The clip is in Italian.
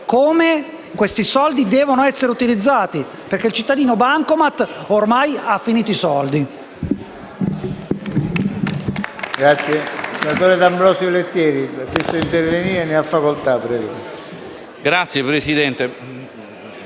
come questi soldi devono essere utilizzati, perché il cittadino-bancomat ormai ha finito i soldi.